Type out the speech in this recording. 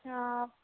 ہاں آپ